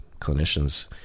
clinicians